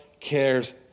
cares